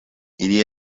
ili